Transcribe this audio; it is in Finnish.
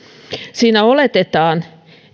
siinä oletetaan